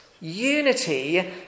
unity